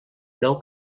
nou